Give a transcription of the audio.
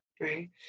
right